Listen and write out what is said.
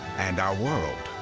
and our world,